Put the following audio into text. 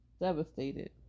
Devastated